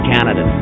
Canada